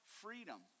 freedom